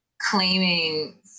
claiming